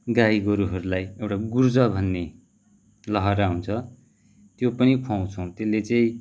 गाई गोरुहरूलाई एउडा गुर्जो भन्ने लहरा हुन्छ त्यो पनि खुवाउँछौँ त्यसले चाहिँ